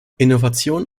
innovation